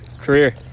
career